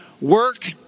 work